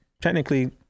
technically